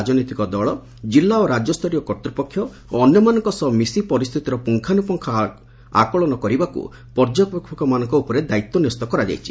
ରାଜନୈତିକ ଦଳ ଜିଲ୍ଲା ଓ ରାଜ୍ୟସ୍ତରୀୟ କର୍ତ୍ତ୍ୱପକ୍ଷ ଓ ଅନ୍ୟମାନଙ୍କ ସହ ମିଶି ପରିସ୍ଥିତିର ପୁଙ୍ଗାନୁପୁଙ୍ଗ ଆକଳନ କରିବାକୁ ପର୍ଯ୍ୟବେକ୍ଷକମାନଙ୍କ ଉପରେ ଦାୟିତ୍ୱ ନ୍ୟସ୍ତ କରାଯାଇଛି